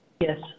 Yes